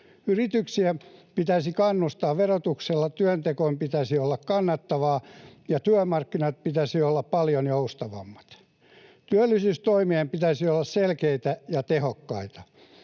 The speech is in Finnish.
Yrityksiä pitäisi kannustaa verotuksella, työnteon pitäisi olla kannattavaa, ja työmarkkinoiden pitäisi olla paljon joustavammat. Työllisyystoimien pitäisi olla selkeitä ja tehokkaita.